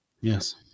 Yes